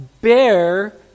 bear